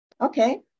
okay